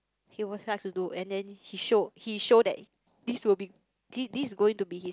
he was like to do and then he show he show that this will be this this going to be his